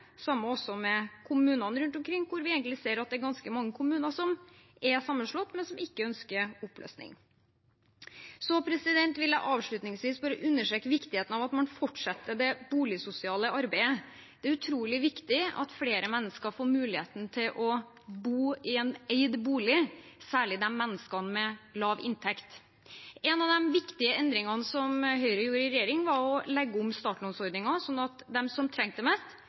samme gjelder også for kommuner rundt omkring, hvor vi ser at det er ganske mange kommuner som er sammenslått, men som ikke ønsker oppløsning. Avslutningsvis vil jeg bare understreke viktigheten av at man fortsetter det boligsosiale arbeidet. Det er utrolig viktig at flere mennesker får muligheten til å bo i en eid bolig, særlig mennesker med lav inntekt. En av de viktige endringene som Høyre gjorde i regjering, var å legge om startlånsordningen, slik at de som trengte det mest,